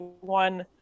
one